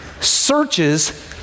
searches